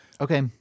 Okay